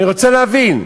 אני רוצה להבין,